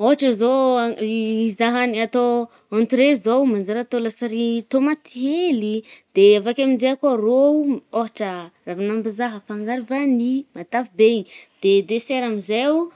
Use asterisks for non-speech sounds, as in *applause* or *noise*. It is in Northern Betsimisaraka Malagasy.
Ôhatra zao *hesitation* i zah ny atô entrée zao manajary atô lasary tomate hely i, de avake aminje kô rô oh, ôhatra ravin’ambizaha afangaro vanille, matavy be i, de dessert amzay oh,